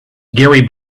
gary